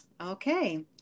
Okay